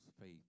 faith